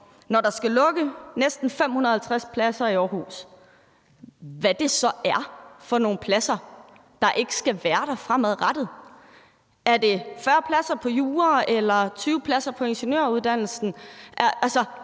når der skal lukkes næsten 550 pladser i Aarhus. Hvad er det så for nogle pladser, der ikke skal være der fremadrettet? Er det færre pladser på jura eller 20 færre pladser på ingeniøruddannelsen?